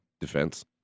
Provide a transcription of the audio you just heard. defense